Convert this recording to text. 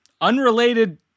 unrelated